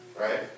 Right